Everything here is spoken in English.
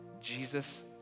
Jesus